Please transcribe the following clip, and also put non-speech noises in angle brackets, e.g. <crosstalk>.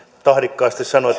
tahdikkaasti sanoi <unintelligible>